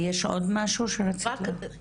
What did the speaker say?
יש עוד משהו שאני צריכה לדעת.